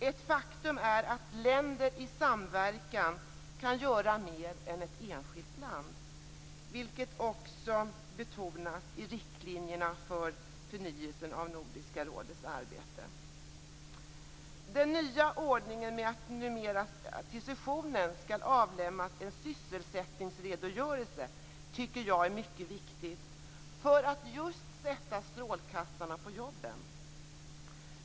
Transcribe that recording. Ett faktum är att länder i samverkan kan göra mer än ett enskilt land, vilket också betonas i riktlinjerna för förnyelsen av Nordiska rådets arbete. Den nya ordningen med att det numera till sessionen skall avlämnas en sysselsättningsredogörelse är mycket viktig just för att sätta strålkastarna på jobben.